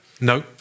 No